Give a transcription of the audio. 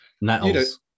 nettles